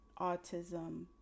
autism